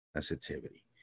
sensitivity